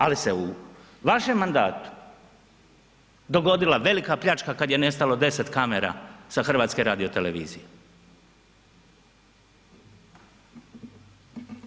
Ali se u vašem mandatu dogodila velika pljačka kad je nestalo 10 kamera sa HRT-a.